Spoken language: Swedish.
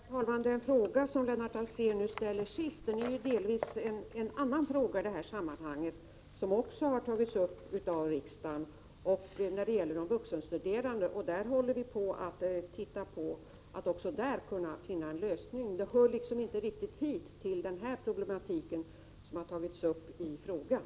Herr talman! Den fråga som Lennart Alsén sist ställde rör delvis en annan sak när det gäller de vuxenstuderande som också har tagits upp av riksdagen. Vi har redan börjat titta på den frågan, och vi hoppas att också i det avseendet kunna finna en lösning. Det hör alltså inte riktigt till den problematik som har tagits upp i den ursprungliga frågan.